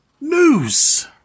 news